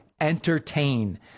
entertain